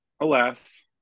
alas